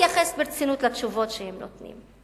וגם להתייחס ברצינות לתשובות שהם נותנים.